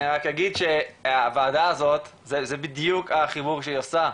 אני רק אגיד שהוועדה הזו זה בדיוק החיבור שהיא עושה.